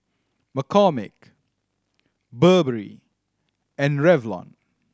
McCormick Burberry and Revlon